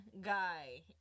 guy